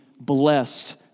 blessed